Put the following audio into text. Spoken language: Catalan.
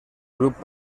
grup